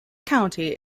county